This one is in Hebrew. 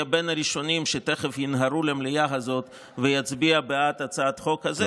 יהיה בין הראשונים שתכף ינהרו למליאה הזאת ויצביע בעד הצעת החוק הזאת,